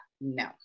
no